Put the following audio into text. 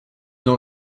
dans